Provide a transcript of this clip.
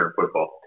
football